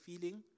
feeling